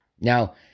Now